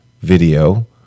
video